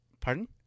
pardon